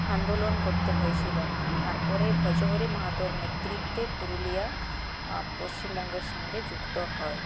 আন্দোলন করতে হয়েছিলো তারপরে ভজহরি মাহাতোর নেতৃত্বে পুরুলিয়া পশ্চিমবঙ্গের সঙ্গে যুক্ত হয়